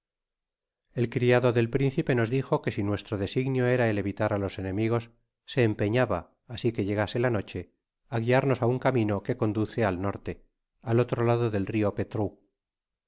el criado del principe nos dijo que si nuestro designio era el evita a los enemigos se empeñaba asi que llegase la noche á guiarnos á un camino que conduce al norte al otro lado del rio pelrou